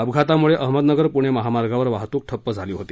अपघातामूळे अहमदनगर पूणे महामार्गावर वाहतुक ठप्प झाली होती